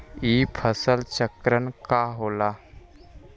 ई फसल चक्रण का होला?